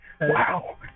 Wow